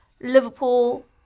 Liverpool